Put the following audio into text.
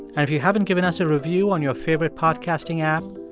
and if you haven't given us a review on your favorite podcasting app,